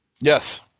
Yes